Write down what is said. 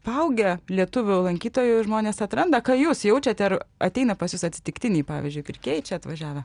paaugę lietuvių lankytojų žmonės atranda ką jūs jaučiate ar ateina pas jus atsitiktiniai pavyzdžiui pirkėjai čia atvažiavę